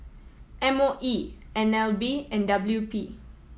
M O E N L B and W P